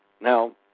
Now